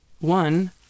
One